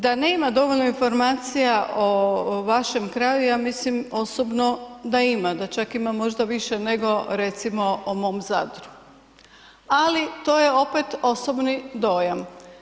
Da nema dovoljno informacija o vašem kraju ja mislim osobno da ima, da čak ima možda više nego recimo o mom Zadru, ali to je opet osobni dojam.